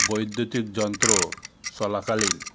বৈদ্যুতিক যন্ত্র চলাকালীন